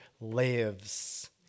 lives